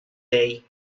day